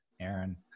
aaron